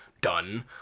done